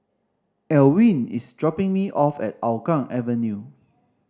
Elwyn is dropping me off at Hougang Avenue